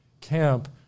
camp